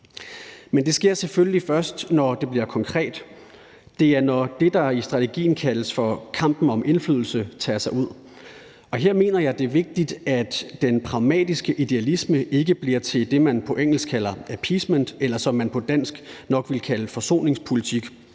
Men det sker selvfølgelig først, når det bliver konkret. Det er, når det, der i strategien kaldes for kampen om indflydelse, kommer til udtryk. Her mener jeg, at det er vigtigt, at den pragmatiske idealisme ikke bliver til det, man på engelsk kalder appeasement, og som man på dansk nok ville kalde forsoningspolitik,